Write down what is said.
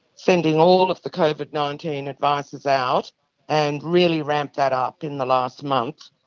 sending all of the covid nineteen advisers out and really ramped that up in the last month.